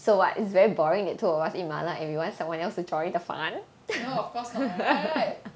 no of course not right